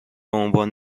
عنوان